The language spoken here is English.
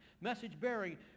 message-bearing